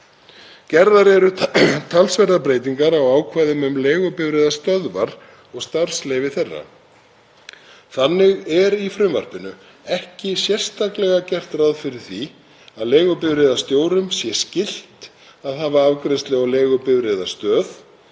Gerðar eru talsverðar breytingar á ákvæðum um leigubifreiðastöðvar og starfsleyfi þeirra. Þannig er í frumvarpinu ekki sérstaklega gert ráð fyrir því að leigubifreiðastjórum sé skylt að hafa afgreiðslu á leigubifreiðastöð